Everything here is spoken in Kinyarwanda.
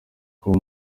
kuba